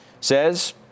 says